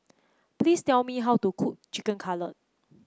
please tell me how to cook Chicken Cutlet